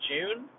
June